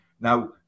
Now